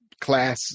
class